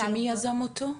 שמי יזם אותו?